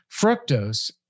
Fructose